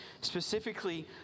specifically